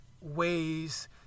ways